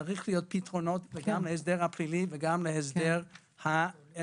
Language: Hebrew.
צריכים להיות פתרונות גם להסדר הפלילי וגם להסדר ההגנה,